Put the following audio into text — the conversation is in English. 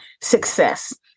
success